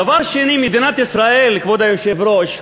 דבר שני, מדינת ישראל, כבוד היושב-ראש,